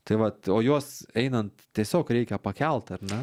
tai vat o juos einant tiesiog reikia pakelt ar ne